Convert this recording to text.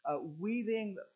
weaving